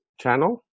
channel